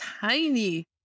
tiny